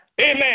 Amen